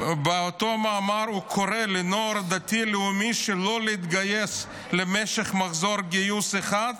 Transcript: באותו מאמר הוא קורא לנוער דתי-לאומי שלא להתגייס למשך מחזור גיוס אחד,